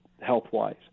health-wise